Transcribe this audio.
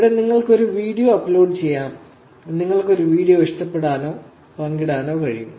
ഇവിടെ നിങ്ങൾക്ക് ഒരു വീഡിയോ അപ്ലോഡ് ചെയ്യാം നിങ്ങൾക്ക് ഒരു വീഡിയോ ഇഷ്ടപ്പെടാനോ പങ്കിടാനോ കഴിയും